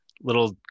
little